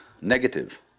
negative